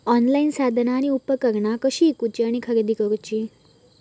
Online साधना आणि उपकरणा कशी ईकूची आणि खरेदी करुची?